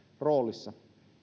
roolissa